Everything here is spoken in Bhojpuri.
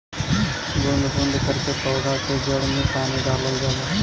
बूंद बूंद करके पौधा के जड़ में पानी डालल जाला